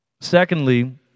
Secondly